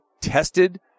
tested